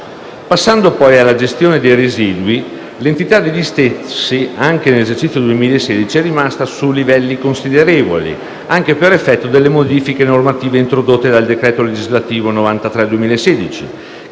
Passando poi alla gestione dei residui, l'entità degli stessi nell'esercizio 2016 è rimasta su livelli considerevoli, anche per effetto delle modifiche normative introdotte dal decreto legislativo n.